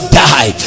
die